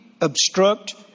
obstruct